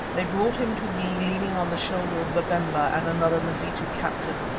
they brought him to me leaning on the shoulder of babemba and another mazitu captain.